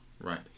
right